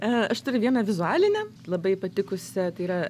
aš turiu vieną vizualinę labai patikusią tai yra